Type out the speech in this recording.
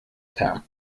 term